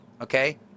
Okay